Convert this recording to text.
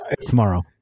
Tomorrow